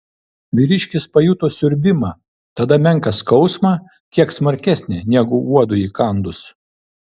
vyriškis pajuto siurbimą tada menką skausmą kiek smarkesnį negu uodui įkandus